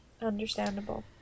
Understandable